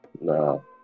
No